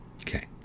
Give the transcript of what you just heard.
Okay